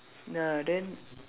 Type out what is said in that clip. ya then